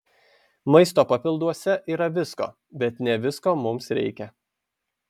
maisto papilduose yra visko bet ne visko mums reikia